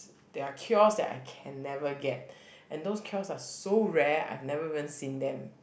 there are cures that I can never get and those cures are so rare I've never even seen them